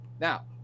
Now